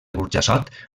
burjassot